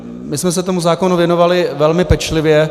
My jsme se tomu zákonu věnovali velmi pečlivě.